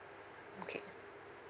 okay